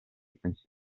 pensiero